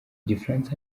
igifaransa